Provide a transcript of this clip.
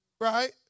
right